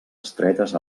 estretes